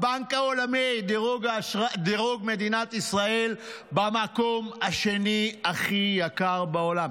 בבנק העולמי דירוג מדינת ישראל במקום השני הכי יקר בעולם.